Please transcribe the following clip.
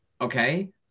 okay